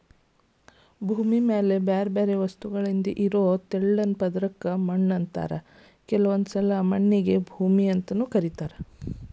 ಭೂಮಿ ಮ್ಯಾಲೆ ಬ್ಯಾರ್ಬ್ಯಾರೇ ವಸ್ತುಗಳಿಂದ ಇರೋ ತೆಳ್ಳನ ಪದರಕ್ಕ ಮಣ್ಣು ಅಂತಾರ ಕೆಲವೊಂದ್ಸಲ ಮಣ್ಣಿಗೆ ಭೂಮಿ ಅಂತಾನೂ ಕರೇತಾರ